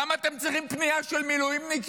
למה אתם צריכים פנייה של מילואימניקים?